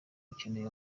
ukeneye